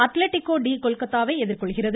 Atletico de கொல்கத்தாவை எதிர்கொள்கிறது